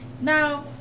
Now